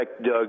Doug